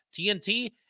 TNT